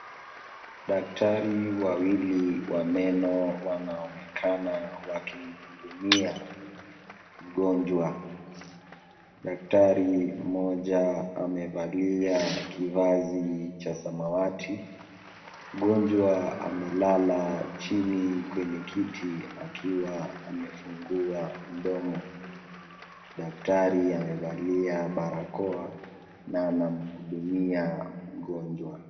Daktari wawili wa meno wanaonekana waki mhudumia mgonjwa. Daktari mmoja amevalia kivazi cha samawati. Mgonjwa amelala chini kwenye kiti akiwa amefungua mdomo. Daktari amevalia barakoa na ana mhudumia mgonjwa.